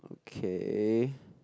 K